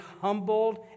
humbled